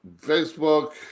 Facebook